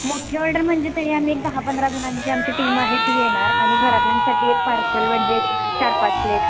मोठी ऑर्डर म्हणजे तरी आम्ही एक दहा पंधरा जणांची आमची टीम आहे ती येणार आणि घरातल्यांसाठी एक पार्सल म्हणजे चार पाच प्लेट